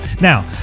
Now